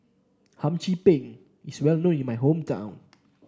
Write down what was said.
Hum Chim Peng is well known in my hometown